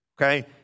okay